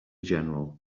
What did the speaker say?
general